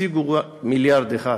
השיגו מיליארד אחד.